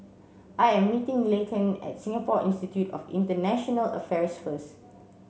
I am meeting Laken at Singapore Institute of International Affairs first